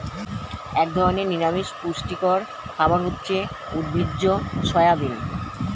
এক ধরনের নিরামিষ পুষ্টিকর খাবার হচ্ছে উদ্ভিজ্জ সয়াবিন